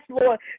Lord